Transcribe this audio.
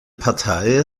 partei